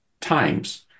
times